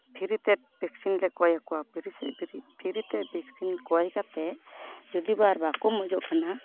free ᱛᱮ vaccine ᱞᱮ ᱠᱚᱭᱟᱠᱚᱣᱟ ᱯᱷᱨᱤ ᱛᱮ ᱵᱷᱮᱠᱥᱤᱱ ᱠᱚᱭ ᱠᱟᱛᱮᱫ ᱡᱩᱫᱤ ᱟᱵᱟᱨ ᱵᱟᱠᱚ ᱢᱚᱡᱚᱜ ᱠᱟᱱᱟ